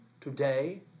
today